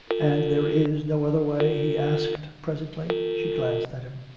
and there is no other way? he asked presently. she glanced at him.